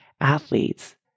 athletes